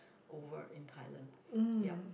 over in Thailand ya